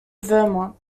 vermont